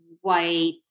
white